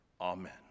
Amen